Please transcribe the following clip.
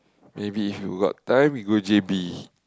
maybe if you got time we go J_B